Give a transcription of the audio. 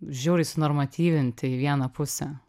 žiauriai sunormatyvinti į vieną pusę